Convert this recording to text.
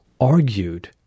argued